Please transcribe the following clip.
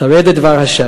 חרד לדבר ה'